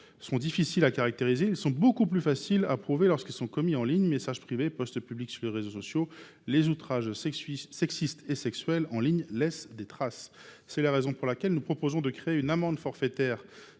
sont difficiles à caractériser, ils sont beaucoup plus faciles à prouver lorsqu’ils sont commis en ligne – messages privés, posts publics sur les réseaux sociaux. Les outrages sexistes et sexuels en ligne laissent des traces ! C’est la raison pour laquelle nous proposons de créer une amende forfaitaire